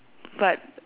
but